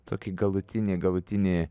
tokį galutinį galutinį